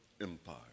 Empire